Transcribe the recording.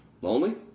Lonely